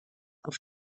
auf